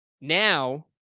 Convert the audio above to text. now